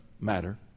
matter